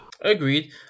Agreed